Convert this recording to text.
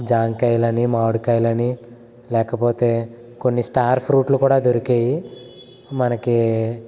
జామకాయలు అని మామిడికాయలు అని లేకపోతే కొన్ని స్టార్ ఫ్రూట్లు కూడా దొరికేవి మనకి